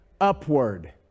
upward